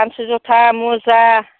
पानसु जुथा मुजा